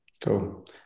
Cool